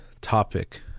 topic